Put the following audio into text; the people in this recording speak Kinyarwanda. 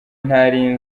ntari